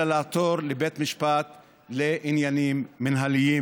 אלא לעתור לבית משפט לעניינים מינהליים,